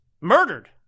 murdered